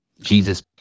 Jesus